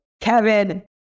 Kevin